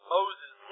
Moses